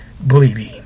bleeding